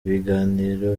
ibiganiro